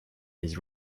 his